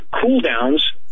cool-downs